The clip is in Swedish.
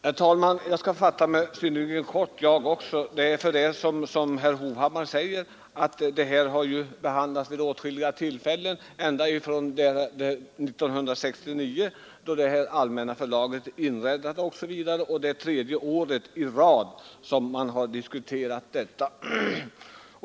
Herr talman! Även jag skall fatta mig synnerligen kort. Som herr Hovhammar säger har denna fråga behandlats vid åtskilliga tillfällen, ända från år 1969 då Allmänna förlaget inrättades. Det är nu tredje året i rad som vi diskuterar frågan.